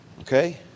Okay